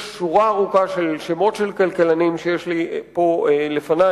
יש שורה ארוכה של שמות של כלכלנים שיש לי פה לפני,